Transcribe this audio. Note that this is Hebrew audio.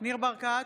ניר ברקת,